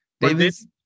Davis